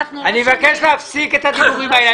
אני מבקש להפסיק את הדיבורים האלה.